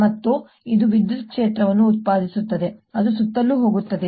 ಮತ್ತು ಆದ್ದರಿಂದ ಇದು ವಿದ್ಯುತ್ ಕ್ಷೇತ್ರವನ್ನು ಉತ್ಪಾದಿಸುತ್ತದೆ ಅದು ಸುತ್ತಲೂ ಹೋಗುತ್ತದೆ